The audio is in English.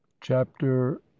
chapter